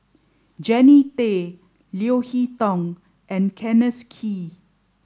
Jannie Tay Leo Hee Tong and Kenneth Kee